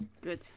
Good